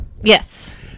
Yes